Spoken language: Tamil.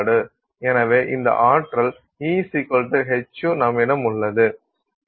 எனவே இந்த ஆற்றல் E hυ நம்மிடம் உள்ளது